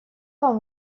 вам